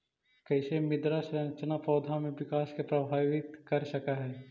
कईसे मृदा संरचना पौधा में विकास के प्रभावित कर सक हई?